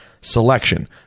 selection